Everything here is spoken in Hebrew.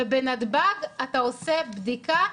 ובנתב"ג אתה עושה בדיקה,